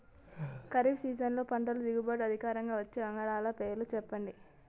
ఖరీఫ్ సీజన్లో పంటల దిగుబడి అధికంగా వచ్చే వంగడాల పేర్లు చెప్పండి?